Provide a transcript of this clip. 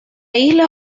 isla